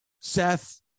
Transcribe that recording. Seth